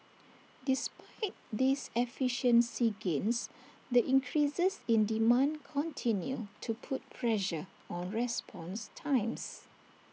despite these efficiency gains the increases in demand continue to put pressure on response times